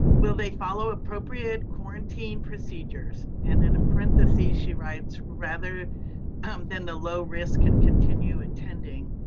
will they follow appropriate quarantine procedures? and then in parentheses she writes rather than the low risk can continue attending